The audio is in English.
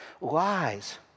lies